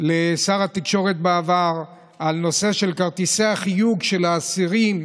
לשר התקשורת בעבר בנושא כרטיסי החיוב של אסירים.